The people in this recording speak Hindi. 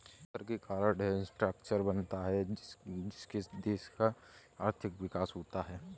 कर के कारण है इंफ्रास्ट्रक्चर बनता है जिससे देश का आर्थिक विकास होता है